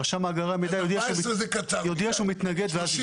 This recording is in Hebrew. רשם מאגרי המידע יודיע שהוא מתנגד.